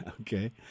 Okay